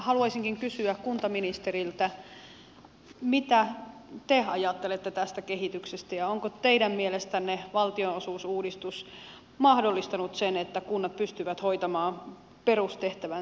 haluaisinkin kysyä kuntaministeriltä mitä te ajattelette tästä kehityksestä ja onko teidän mielestänne valtionosuusuudistus mahdollistanut sen että kunnat pystyvät hoitamaan perustehtävänsä